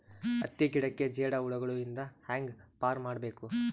ಹತ್ತಿ ಗಿಡಕ್ಕೆ ಜೇಡ ಹುಳಗಳು ಇಂದ ಹ್ಯಾಂಗ್ ಪಾರ್ ಮಾಡಬೇಕು?